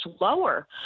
lower